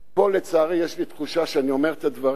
פה, לצערי, יש לי תחושה שאני אומר את הדברים,